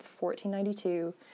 1492